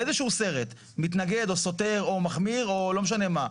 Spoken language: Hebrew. באיזה שהוא סרט מתנגד או סותר או מחמיר או לא משנה מה,